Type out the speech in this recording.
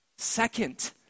Second